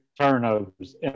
turnovers